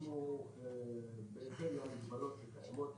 אנחנו בהתאם למגבלות שקיימות,